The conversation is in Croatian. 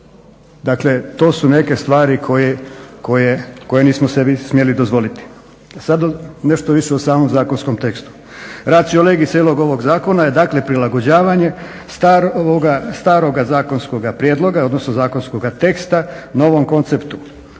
Dakle, to su neke stvari koje nismo sebi smjeli dozvoliti. Sada nešto više o samom zakonskom tekstu, …/Govornik se ne razumije./… iz cijelog ovog zakona je dakle prilagođavanje staroga zakonskog prijedloga odnosno zakonskoga teksta novom konceptu.